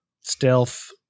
stealth